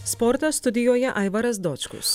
sportas studijoje aivaras dočkus